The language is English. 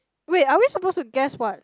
wait are we suppose to guess what